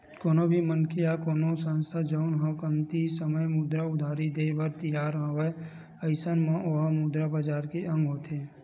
कोनो भी मनखे या कोनो संस्था जउन ह कमती समे मुद्रा उधारी देय बर तियार हवय अइसन म ओहा मुद्रा बजार के अंग होथे